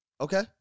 Okay